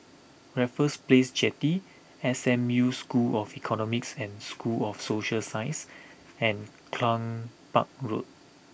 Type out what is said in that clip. Raffles Place Jetty S M U School of Economics and School of Social Sciences and Cluny Park Road